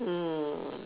mm